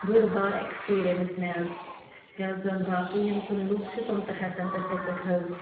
بٔڑ بار ایکٕسپیٖریَننٕس مےٚ حظ یا زَن باقٕے یِم زَن لُکھ چھِ تٕم تہِ ہٮ۪کَن تِتھٕے کٲٹھۍ حظ